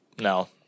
no